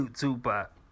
Tupac